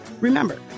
Remember